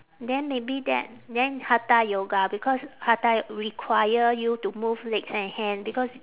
then maybe that then hatha yoga because hatha require you to move legs and hand because